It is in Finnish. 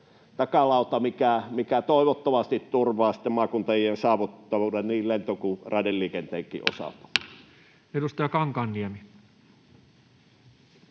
takalauta, mikä toivottavasti turvaa sitten maakuntien saavutettavuuden niin lento‑ kuin raideliikenteenkin osalta. [Speech